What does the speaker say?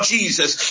Jesus